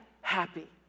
happy